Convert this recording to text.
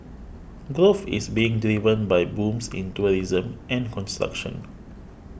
growth is being driven by booms in tourism and construction